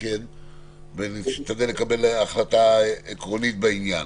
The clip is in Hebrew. ונשתדל לקבל החלטה עקרונית בעניין.